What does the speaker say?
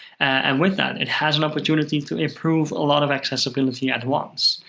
and with that, it has an opportunity to improve a lot of accessibility at once,